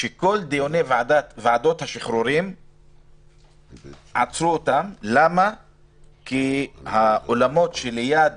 שעצרו את כל דיוני ועדות השחרורים כי האולמות שליד